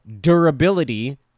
durability